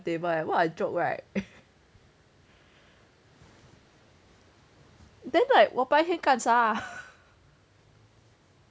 eh what a joke right then like 我白天干啥